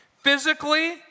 Physically